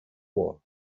war